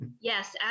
Yes